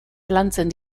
lantzen